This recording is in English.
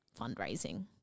fundraising